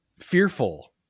fearful